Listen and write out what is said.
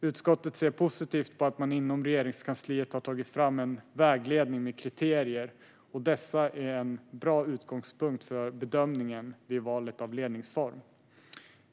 Utskottet ser positivt på att man inom Regeringskansliet har tagit fram en vägledning med kriterier, och dessa är en bra utgångspunkt för bedömningen vid valet av ledningsform.